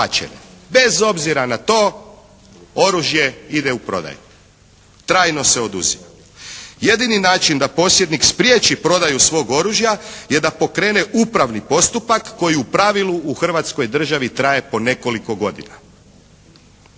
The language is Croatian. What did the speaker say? Bez obzira na to oružje ide u prodaju, trajno se oduzima. Jedini način da posjednik spriječi prodaju svog oružja je da pokrene upravni postupak koji u pravilu u Hrvatskoj državi traje po nekoliko godina.